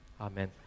Amen